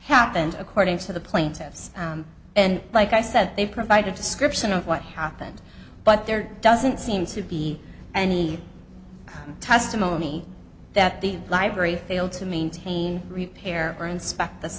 happened according to the plaintiffs and like i said they provide a description of what happened but there doesn't seem to be any testimony that the library failed to maintain repair or